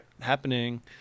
Happening